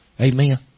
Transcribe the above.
Amen